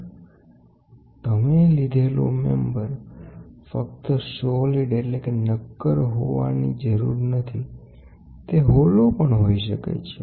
તેથી લોડ સેલનો અર્થ તમે એક મેમ્બર લો અને તમે લીધેલો મેમ્બર ફક્ત નક્કર હોવાની જરૂર નથી તે ખાલી પણ હોઈ શકે છે